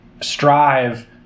strive